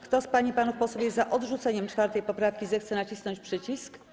Kto z pań i panów posłów jest za odrzuceniem 4. poprawki, zechce nacisnąć przycisk.